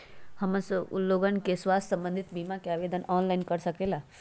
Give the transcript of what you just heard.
हमन लोगन के स्वास्थ्य संबंधित बिमा का आवेदन ऑनलाइन कर सकेला?